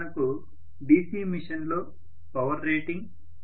ఉదాహరణకు DC మెషీన్లో power rating